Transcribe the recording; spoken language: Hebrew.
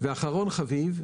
ואחרון חביב,